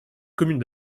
commune